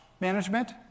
management